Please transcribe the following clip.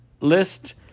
list